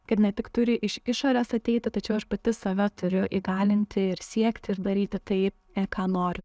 kad ne tik turi iš išorės ateiti tačiau aš pati save turiu įgalinti ir siekti ir daryti taip ir ką noriu